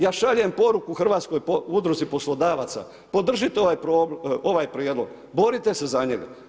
Ja šaljem poruku hrvatskoj udruzi poslodavac, podržite ovaj prijedlog, borite se za njega.